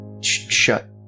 shut